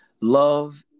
Love